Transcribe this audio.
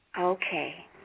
Okay